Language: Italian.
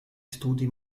studi